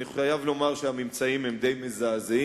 אני חייב לומר שהממצאים הם די מזעזעים.